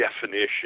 definition